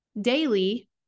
daily